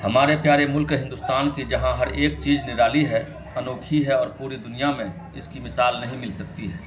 ہمارے پیارے ملک ہندوستان کی جہاں ہر ایک چیز نرالی ہے انوکھی ہے اور پوری دنیا میں اس کی مثال نہیں مل سکتی ہے